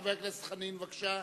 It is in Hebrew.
חבר הכנסת חנין, בבקשה.